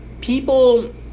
People